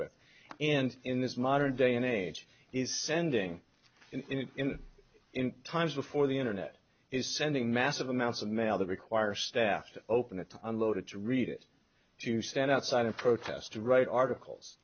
with and in this modern day and age is sending in in times before the internet is sending massive amounts of mail that require staff to open it to unload it to read it to stand outside of protests to write articles